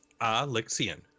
Alexian